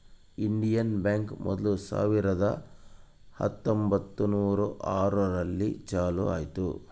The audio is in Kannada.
ಇಂಡಿಯನ್ ಬ್ಯಾಂಕ್ ಮೊದ್ಲು ಸಾವಿರದ ಹತ್ತೊಂಬತ್ತುನೂರು ಆರು ರಲ್ಲಿ ಚಾಲೂ ಆಯ್ತು